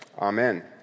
Amen